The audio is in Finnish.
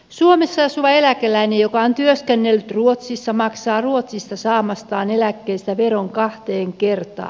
suomessa asuva eläkeläinen joka on työskennellyt ruotsissa maksaa ruotsista saamastaan eläkkeestä veron kahteen kertaan